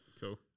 cool